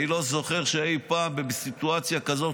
אני לא זוכר שאי פעם בסיטואציה כזאת